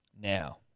Now